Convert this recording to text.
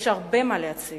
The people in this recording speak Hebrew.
יש הרבה מה להציל,